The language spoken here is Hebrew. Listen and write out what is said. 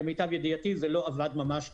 למיטב ידיעתי זה לא עבד ממש טוב.